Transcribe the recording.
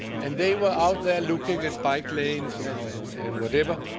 and they were out there looking at bike lanes and and and whatever.